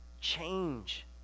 Change